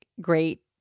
great